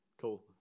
Cool